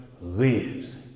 lives